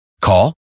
Call